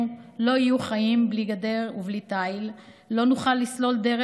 לא יהיו חיים אם לא נחפור מקלטים,